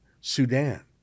Sudan